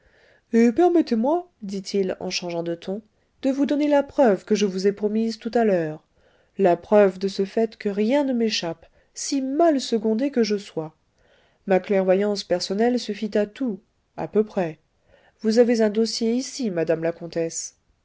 permettez-moi dit-il en changeant de ton de vous donner la preuve que je vous ai promise tout à l'heure la preuve de ce fait que rien ne m'échappe si mal secondé que je sois ma clairvoyance personnelle suffit à tout à peu près vous avez un dossier ici madame la comtesse